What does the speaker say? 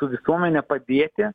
su visuomene padėti